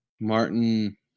Martin